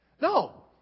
No